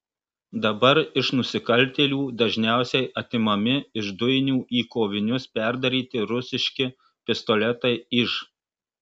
dabar iš nusikaltėlių dažniausiai atimami iš dujinių į kovinius perdaryti rusiški pistoletai iž